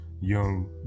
young